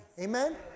Amen